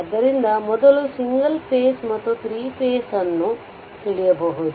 ಆದ್ದರಿಂದ ಮೊದಲು single phase ಮತ್ತು 3ಫೇಸ್ ನ್ನು ತಿಳಿಯಬಹುದು